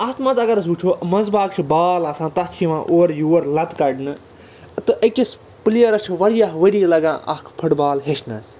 اَتھ منٛز اگر أسۍ وُچھَو منٛزباگ چھِ بال آسان تَتھ چھِ یِوان اورٕ یور لَتہٕ کڈنہٕ تہٕ أکِس پُلیرَس چھِ واریاہ ؤری لگان اکھ فُٹ بال ہٮ۪چھنَس